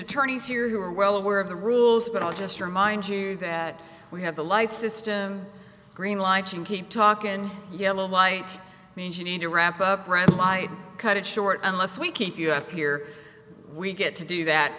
attorneys here who are well aware of the rules but i'll just remind you that we have a light system green light you keep talking yellow light means you need to wrap up brad might cut it short and less we keep you up here we get to do that